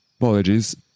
Apologies